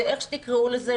זה איך שתקראו לזה,